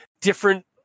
different